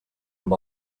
amb